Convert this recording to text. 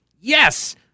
yes